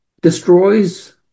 destroys